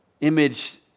image